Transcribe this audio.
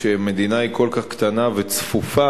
כשמדינה היא כל כך קטנה וצפופה,